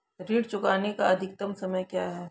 ऋण चुकाने का अधिकतम समय क्या है?